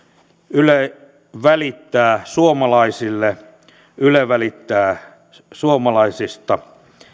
yle välittää suomalaisille yle välittää suomalaisista